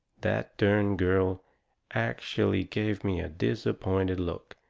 that dern girl ackshellay give me a disappointed look!